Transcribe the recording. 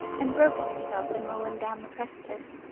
and broken herself in rolling down the precipice.